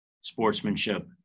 sportsmanship